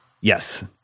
Yes